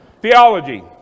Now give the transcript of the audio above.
Theology